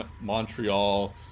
Montreal